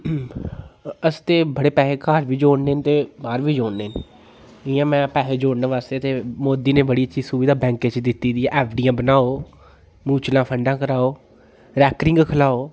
अस ते बड़े पैहे घर बी जोड़ने ते बाह्र बी जोड़ने न इ'यां में पैहे जोड़ने बास्तै ते मोदी ने बड़ी अच्छी सुविधा बैंक च दित्ती दी ऐ एफ डियां बनाओ मुचलां फंडां कराओ रैकरिंग खलाओ